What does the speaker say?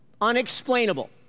Unexplainable